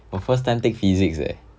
我 first time take physics leh